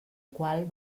qual